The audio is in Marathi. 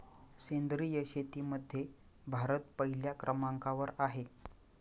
सेंद्रिय शेतीमध्ये भारत पहिल्या क्रमांकावर आहे